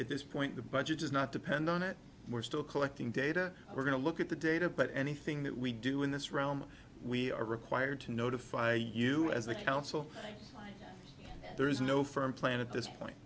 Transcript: at this point the budget does not depend on it we're still collecting data we're going to look at the data but anything that we do in this realm we are required to notify you as a council there is no firm planet this point